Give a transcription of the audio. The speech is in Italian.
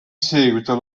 seguito